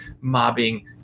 mobbing